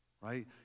right